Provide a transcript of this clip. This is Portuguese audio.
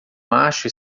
macho